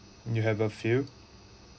you have a few